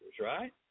right